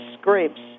scrapes